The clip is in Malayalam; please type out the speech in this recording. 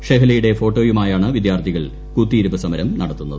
ഷെഹലയുടെ ഫോട്ടോയുമായാണ് വിദ്യാർത്ഥികൾ കുത്തിയിരിപ്പ് സമരം നടത്തുന്നത്